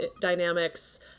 dynamics